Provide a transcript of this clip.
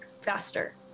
faster